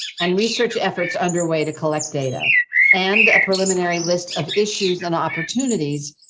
and research efforts underway to collect data and a preliminary list of issues and opportunities.